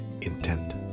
intent